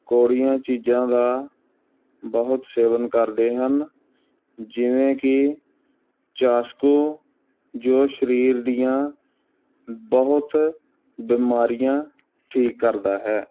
ਕੌੜੀਆਂ ਚੀਜ਼ਾਂ ਦਾ ਬਹੁਤ ਸੇਵਨ ਕਰਦੇ ਹਨ ਜਿਵੇਂ ਕਿ ਚਾਸਕੂ ਜੋ ਸਰੀਰ ਦੀਆਂ ਬਹੁਤ ਬਿਮਾਰੀਆਂ ਠੀਕ ਕਰਦਾ ਹੈ